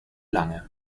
lange